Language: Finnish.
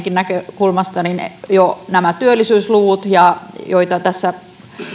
näkökulmasta jo nämä työllisyysluvut joita tässä